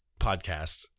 podcast